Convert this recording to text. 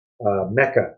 mecca